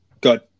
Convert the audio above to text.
good